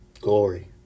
glory